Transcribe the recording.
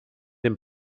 dem